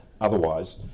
Otherwise